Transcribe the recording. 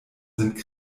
sind